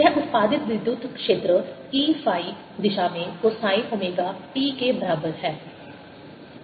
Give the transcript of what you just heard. यह उत्पादित विद्युत क्षेत्र E फाई दिशा में cosine ओमेगा t के बराबर है